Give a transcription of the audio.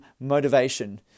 motivation